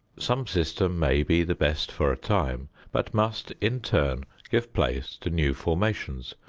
some system may be the best for a time but must in turn give place to new formations.